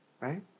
right